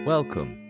Welcome